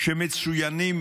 שמצוינים